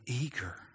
eager